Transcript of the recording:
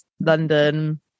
London